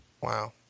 Wow